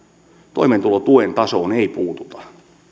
toimeentulotuen tasoon ei puututa